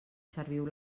serviu